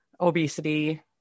obesity